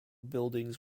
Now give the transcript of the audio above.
buildings